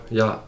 ja